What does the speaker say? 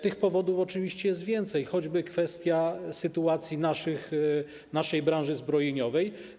Tych powodów oczywiście jest więcej, choćby kwestia sytuacji naszej branży zbrojeniowej.